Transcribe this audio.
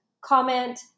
comment